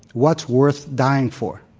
what's worth dying for?